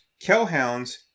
Kellhounds